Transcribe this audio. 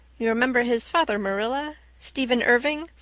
you remember his father, marilla. stephen irving,